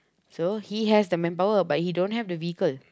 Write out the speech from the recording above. so he has the manpower but he don't have the vehicle